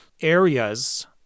areas